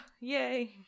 yay